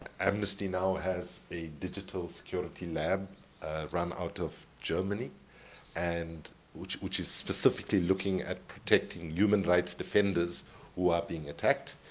amnesty now has a digital security lab run out of germany and which which is specifically looking at protecting human rights defenders who are being attacked,